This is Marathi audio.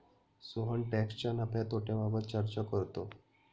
सोहन टॅक्सच्या नफ्या तोट्याबाबत चर्चा करतो